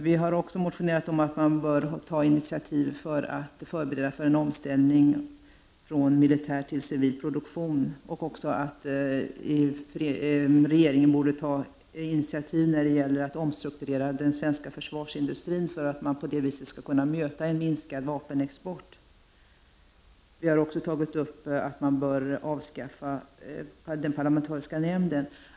Vi har även motionerat om att man bör ta initiativ för att förbereda för en omställning från militär till civil produktion och om att regeringen borde ta initiativ när det gäller att omstrukturera den svenska försvarsindustrin för att det på det viset skall bli möjligt att möta en minskning av vapenexporten. Dessutom har vi tagit upp frågan om att man bör avskaffa den parlamentariska nämnden.